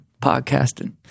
podcasting